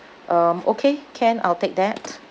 um okay can I'll take that